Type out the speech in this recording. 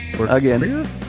Again